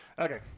okay